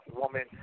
woman